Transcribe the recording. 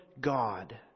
God